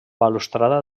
balustrada